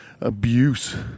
abuse